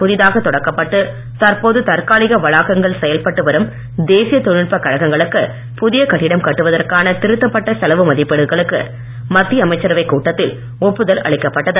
புதிதாக தொடக்கப்பட்டு தற்போது தற்காலிக வளாகங்கள் செயல்பட்டு வரும் தேசிய தொழில்நுட்ப கழகங்களுக்கு புதிய கட்டிடம் கட்டுவதற்கான திருத்தப்பட்ட செலவு மதிப்பீடுகளுக்கு மத்திய அமைச்சரவை கூட்டத்தில் ஒப்புதல் அளிக்கப்பட்டது